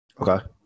Okay